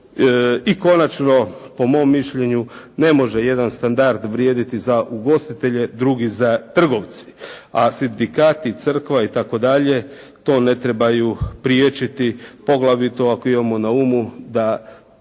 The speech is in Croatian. I konačno po mom mišljenju ne može jedan standard vrijediti za ugostitelje, drugi za trgovce, a sindikat i crkva itd. to ne trebaju priječiti poglavito ako imamo na umu da